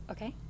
Okay